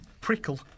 prickle